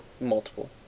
multiple